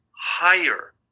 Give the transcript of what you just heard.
higher